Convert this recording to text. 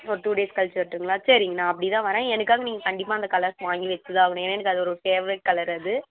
ஒரு two days கழிச்சி வரட்டும்ங்களா சரிங்கண்ணா அப்படி தான் வர்றேன் எனக்காக நீங்கள் கண்டிப்பாக அந்த கலர்ஸ் வாங்கி வைச்சிதான் ஆகணும் ஏன்னா எனக்கு அது ஒரு ஃபேவரட் கலர் அது